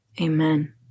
Amen